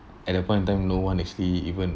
at that point in time no one actually even